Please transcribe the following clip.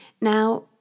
Now